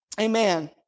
Amen